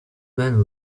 man